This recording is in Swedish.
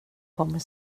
kommer